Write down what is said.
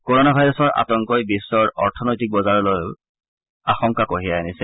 corona ভাইৰাছৰ আতংকই বিশ্বৰ অৰ্থনৈতিক বজাৰলৈও আশংকা কঢ়িয়াই আনিছে